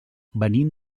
venim